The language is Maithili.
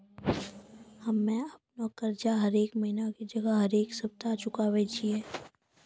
हम्मे अपनो कर्जा हरेक महिना के जगह हरेक सप्ताह चुकाबै छियै